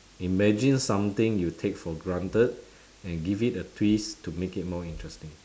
imagine something you take for granted and give it a twist to make it more interesting